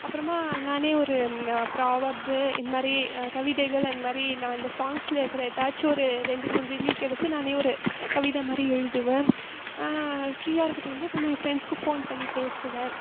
அப்புறமா நானே ஒரு ப்ராவெர்பு இதுமாதிரி கவிதைகள் அந்தமாதிரி நான் இந்த சாங்க்ஸில் இருக்கிற ஏதாச்சும் ஒரு ரெண்டு மூணு லிரிக் எடுத்து நானே ஒரு கவிதை மாதிரி எழுதுவேன் ஃப்ரீயா இருக்க டைமில் அப்புறமா என் ஃப்ரெண்ட்ஸுக்கு ஃபோன் பண்ணி பேசுவேன்